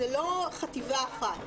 זו לא חטיבה אחת.